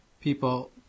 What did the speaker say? people